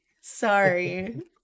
sorry